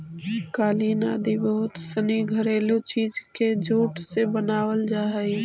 कालीन आदि बहुत सनी घरेलू चीज के जूट से बनावल जा हइ